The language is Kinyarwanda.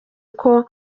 uko